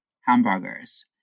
hamburgers